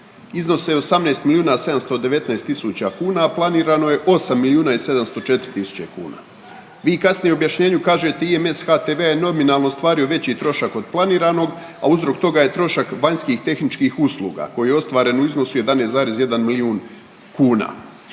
milijuna 719 tisuća kuna, a planirano je 8 milijuna i 704 tisuće kuna. Vi kasnije u objašnjenju kažete i IMS i HTV je nominalno ostvario veći trošak od planiranog, a uzrok toga je trošak vanjskih tehničkih usluga koji je ostvaren u iznosu 11,1 milijun kuna,